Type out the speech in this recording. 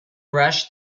rushed